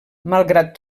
malgrat